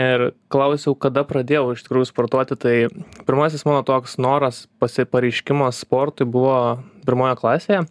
ir klausiau kada pradėjau iš tikrųjų sportuoti tai pirmasis mano toks noras pasi pareiškimas sportui buvo pirmoje klasėje